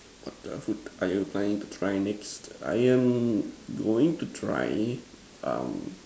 what the food are you planning to try next I am going to try um